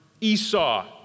Esau